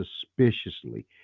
suspiciously